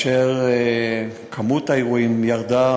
כמות האירועים ירדה,